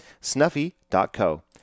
snuffy.co